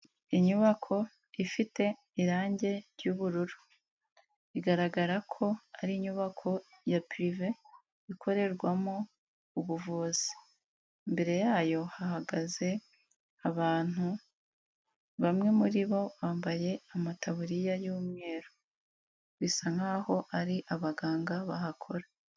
Inyubako ifite irangi ry'ubururu. Bigaragara ko ari inyubako ya pirive ikorerwamo ubuvuzi. Imbere yayo hahagaze abantu, bamwe muri bo bambaye amataburiya y'umweru. Bisa nk'aho ari abaganga bahakora.